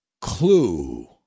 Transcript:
clue